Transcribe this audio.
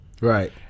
Right